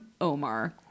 omar